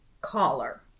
collar